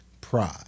pride